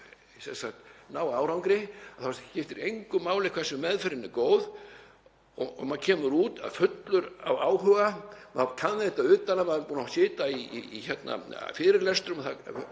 ná árangri þá skiptir engu máli hversu meðferðin er góð. Maður kemur út fullur af áhuga, maður kann þetta utan að, maður er búinn að sitja í fyrirlestrum